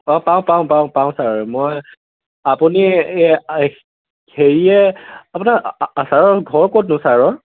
অঁ পাওঁ পাওঁ পাওঁ পাওঁ ছাৰ মই আপুনি হেৰিয়ে আপোনাৰ ছাৰৰ ঘৰ ক'তনো ছাৰৰ